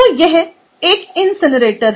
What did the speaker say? तो यह एक इनसिनरेटर है